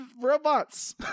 robots